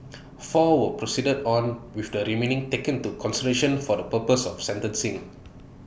four were proceeded on with the remaining taken into consideration for the purposes of sentencing